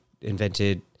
invented